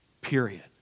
Period